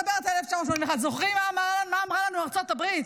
אני מדברת על 1981. זוכרים מה אמרה לנו ארצות הברית?